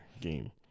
game